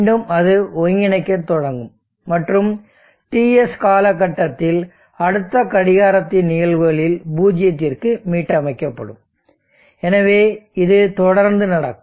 மீண்டும் அது ஒருங்கிணைக்கத் தொடங்கும் மற்றும் TS காலகட்டத்தில் அடுத்த கடிகாரத்தின் நிகழ்வுகளில் பூஜ்ஜியத்திற்கு மீட்டமைக்கப்படும் எனவே இது தொடர்ந்து நடக்கும்